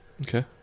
Okay